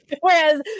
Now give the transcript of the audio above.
whereas